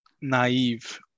naive